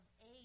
age